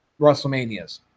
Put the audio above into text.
WrestleManias